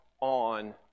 on